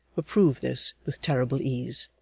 prove this with terrible ease.